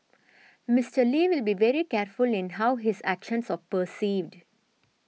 Mister Lee will be very careful in how his actions are perceived